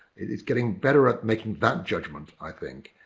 it's getting better at making that judgement i think.